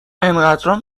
انقدرام